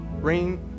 Rain